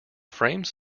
frame